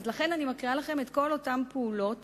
אז לכן אני מקריאה לכם את כל אותן פעולות